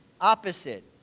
opposite